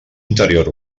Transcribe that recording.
interior